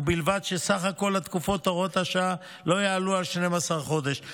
ובלבד שסך כל תקופות הוראת השעה לא יעלו על 12 חודש.